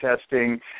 testing